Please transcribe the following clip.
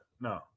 no